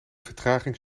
vertraging